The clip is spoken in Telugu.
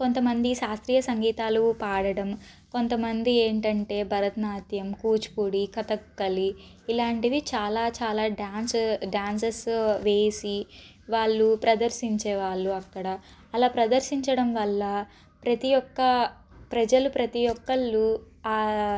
కొంతమంది శాస్త్రీయ సంగీతాలు పాడడం కొంతమంది ఏంటంటే భరతనాట్యం కూచిపూడి కథాకళి ఇలాంటివి చాలా చాలా డ్యాన్స్ డ్యాన్స్స్ వేసి వాళ్ళు ప్రదర్శించేవాళ్ళు అక్కడ అలా ప్రదర్శించడం వల్ల ప్రతి ఒక్క ప్రజలు ప్రతి ఒక్కరు